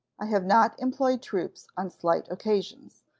i have not employed troops on slight occasions,